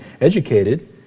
educated